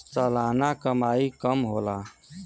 सलाना कमाई कम होला